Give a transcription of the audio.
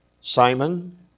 Simon